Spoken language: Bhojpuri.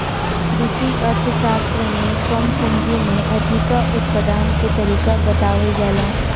कृषि अर्थशास्त्र में कम पूंजी में अधिका उत्पादन के तरीका बतावल जाला